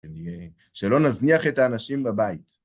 שלא נזניח את האנשים בבית.